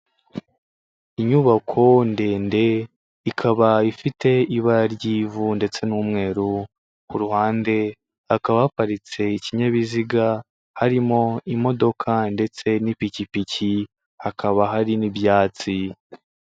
Inyubako ndende, ikaba ifite ibara ry'ivu ndetse n'umweru, ku ruhande hakaba haparitse ikinyabiziga, harimo imodoka ndetse n'ipikipiki, hakaba hari n'ibyatsi.